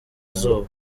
izuba